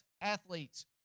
athletes